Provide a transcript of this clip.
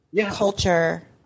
culture